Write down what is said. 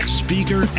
speaker